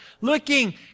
Looking